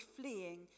fleeing